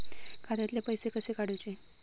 खात्यातले पैसे कसे काडूचे?